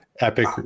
Epic